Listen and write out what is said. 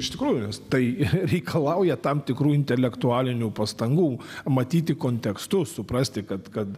iš tikrųjų nes tai reikalauja tam tikrų intelektualinių pastangų matyti kontekstus suprasti kad kad